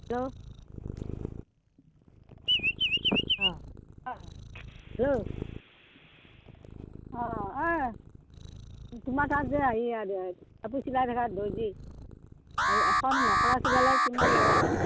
hello অ অ hello অ ঐ তোমাৰ তাত যে হেৰি কাপোৰ চিলাই থকা দৰ্জী হেৰি এখন মেখেলা চিলালে কিমান ল'বানো